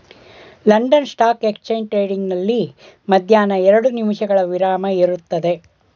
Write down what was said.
London stock exchange trading ನಲ್ಲಿ ಮಧ್ಯಾಹ್ನ ಎರಡು ನಿಮಿಷಗಳ ವಿರಾಮ ಇರುತ್ತದೆ